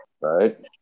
Right